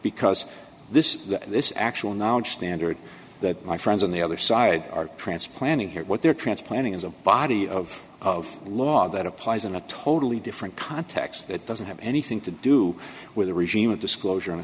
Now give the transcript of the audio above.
because this is this actual knowledge standard that my friends on the other side are transplanting here what they're transplanting is a body of of law that applies in a totally different context that doesn't have anything to do with a regime of disclosure